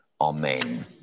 Amen